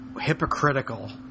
hypocritical